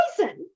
poison